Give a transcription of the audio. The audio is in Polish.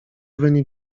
wynik